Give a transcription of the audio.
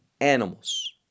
animals